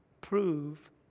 prove